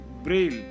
braille